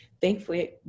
thankfully